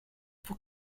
pour